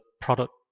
product